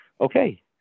okay